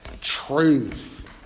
truth